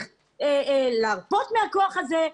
תורו להרפות מהכוח הזה.